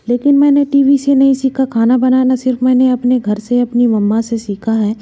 लेकिन मैंने T V से नहीं सीखा खाना बनाना सिर्फ मैंने अपने घर से अपनी मम्मा से सीखा है